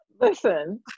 Listen